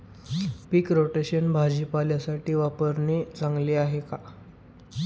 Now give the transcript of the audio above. पीक rotation भाजीपाल्यासाठी वापरणे चांगले आहे का?